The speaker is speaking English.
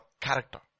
character